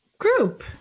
group